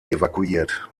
evakuiert